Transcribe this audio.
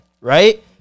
right